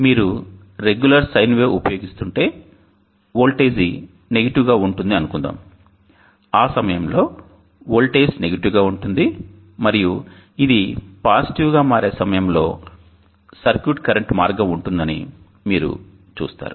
మీరు regular sine wave ఉపయోగిస్తుంటే voltage negative గా ఉంటుందని అనుకుందాం ఆ సమయంలో వోల్టేజ్ నెగటివ్ గా ఉంటుంది మరియు ఇది పాజిటివ్ గా మారే సమయంలో సర్క్యూట్ కరెంట్ మార్గం ఉంటుందని మీరు చూస్తారు